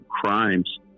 crimes